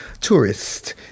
tourists